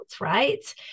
right